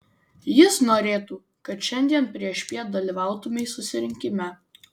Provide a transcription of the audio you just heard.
jis norėtų kad šiandien priešpiet dalyvautumei susirinkime